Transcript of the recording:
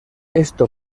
esto